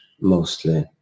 mostly